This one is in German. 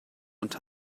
und